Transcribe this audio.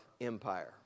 empire